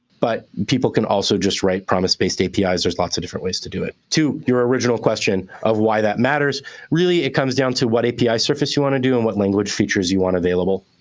but people can also just write promise-based apis. ah there's lots of different ways to do it. to your original question of why that matters really, it comes down to what api surface you want to do and what language features you want available.